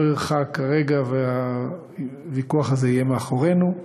ירחק הרגע שהוויכוח הזה יהיה מאחורינו.